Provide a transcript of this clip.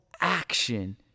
action